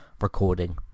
recording